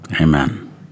Amen